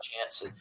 chance